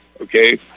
okay